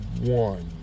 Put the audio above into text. one